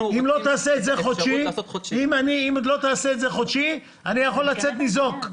אם לא תעשה את זה חודשי, אני יכול לצאת ניזוק.